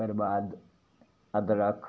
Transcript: ओकर बाद अदरख